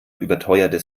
überteuerte